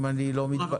אם אני לא מתבלבל.